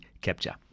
Capture